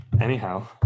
Anyhow